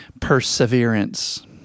Perseverance